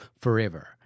forever